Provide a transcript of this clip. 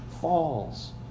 falls